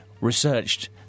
researched